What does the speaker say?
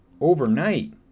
Overnight